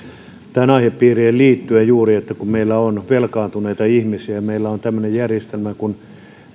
tähän aihepiiriin liittyen juuri meillä on velkaantuneita ihmisiä ja meillä on tämmöinen järjestelmä kuin